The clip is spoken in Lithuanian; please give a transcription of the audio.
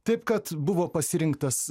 taip kad buvo pasirinktas